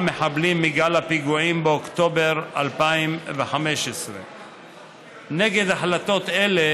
מחבלים מגל הפיגועים באוקטובר 2015. נגד החלטות אלה